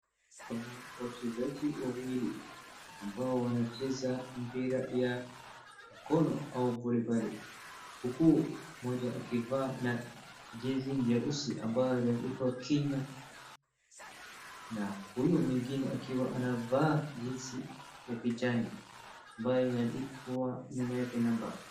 Kuna wachezaji wawili ambao wanacheza mpira ya mkono au voliboli. Huku mmoja akivaa na jezi nyeusi ambayo imeandikwa Kenya na huyu mwingine akiwa anavaa jezi ya kijani ambayo imeandikwa nyuma yake namba.